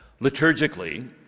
Liturgically